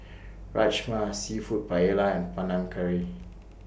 Rajma Seafood Paella Panang Curry